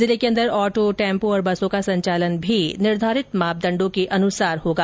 जिले के अन्दर ऑटो टैम्पों और बसों का संचालन भी निर्धारित मापदण्डों के अनुसार होगा